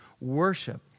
worship